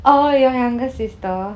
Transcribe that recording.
oh your younger sister